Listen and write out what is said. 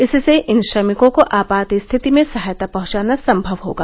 इससे इन श्रमिकों को आपात स्थिति में सहायता पहुंचाना संभव होगा